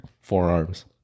forearms